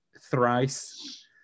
Thrice